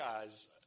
guys –